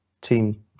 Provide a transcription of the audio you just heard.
team